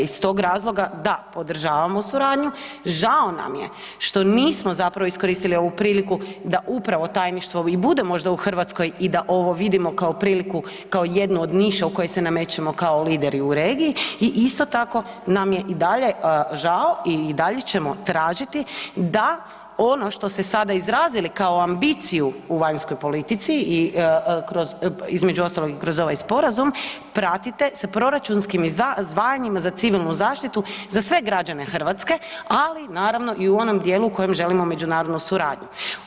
Iz tog razloga, da, podržavamo suradnju, žao nam je što nismo zapravo iskoristili ovu priliku da upravo tajništvo i bude možda u Hrvatskoj i da ovo vidimo kao priliku, kao jednu od niša u koji se namećemo kao lideri u regiji, i isto tako nam je i dalje žao i dalje ćemo tražiti da ono što ste sada izrazili kao ambiciju u vanjskoj politici i kroz, između ostalog i kroz ovaj Sporazum, pratite sa proračunskim izdvajanjima za civilnu zaštitu za sve građane Hrvatske, ali naravno i u onom dijelu u kojem želimo međunarodnu suradnju.